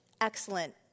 Excellent